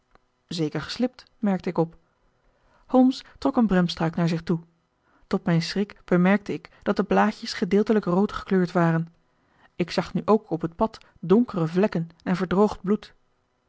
zeker geslipt merkte ik op holmes trok een bremstruik naar zich toe tot mijn schrik bemerkte ik dat de blaadjes gedeeltelijk rood gekleurd waren ik zag nu ook op het pad donkere vlekken en verdroogd bloed